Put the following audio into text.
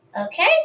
Okay